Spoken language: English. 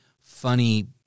funny